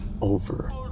over